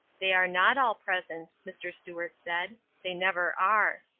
they are not all present, mr. stuart said. they never are.